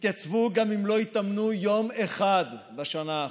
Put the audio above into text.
יתייצבו גם אם לא התאמנו יום אחד בשנה האחרונה,